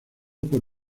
por